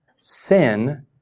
sin